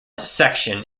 section